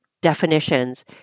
definitions